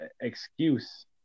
excuse